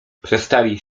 przestali